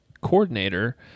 coordinator